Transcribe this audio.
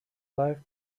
live